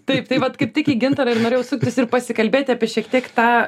taip tai vat kaip tik į gintarą ir norėjau suktis ir pasikalbėti apie šiek tiek tą